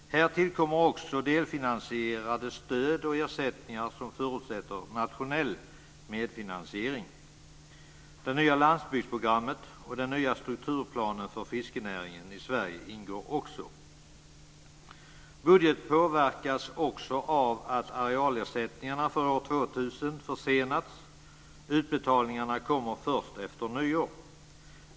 Härtill kommer också delfinansierade stöd och ersättningar som förutsätter nationell medfinansiering. Det nya landsbygdsprogrammet och den nya strukturplanen för fiskenäringen i Sverige ingår också. Budgeten påverkas också av att arealersättningarna för år 2000 försenats. Utbetalningarna kommer först efter nyår.